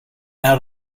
out